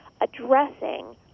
addressing